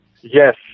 Yes